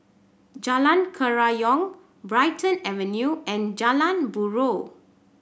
Jalan Kerayong Brighton Avenue and Jalan Buroh